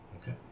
Okay